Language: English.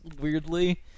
weirdly